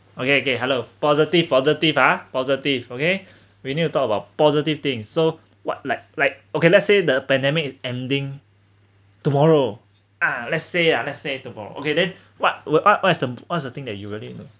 okay okay hello positive positive ah positive okay we need to talk about positive thing so what like like okay let's say the pandemic is ending tomorrow ah let's say ah let's say tomorrow okay then what what what's the what's the thing that you really you know